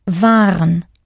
Waren